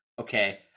okay